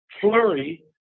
Flurry